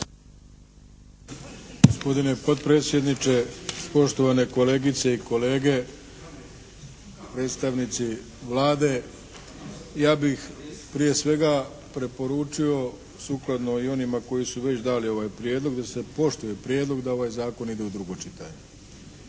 Gospodine potpredsjedniče, poštovane kolegice i kolege, predstavnici Vlade. Ja bih prije svega preporučio sukladno i onima koji su već dali ovaj prijedlog da se poštuje prijedlog da ovaj zakon ide u drugo čitanje.